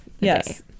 yes